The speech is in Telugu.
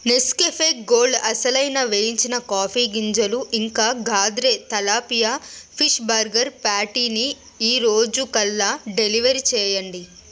నెస్కెఫే గోల్డ్ అసలైన వేయించిన కాఫీ గింజలు ఇంకా ఘాద్రే తలాపియా ఫిష్ బర్గర్ ప్యాటీని ఈరోజుకల్లా డెలివరి చేయండి